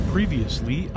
previously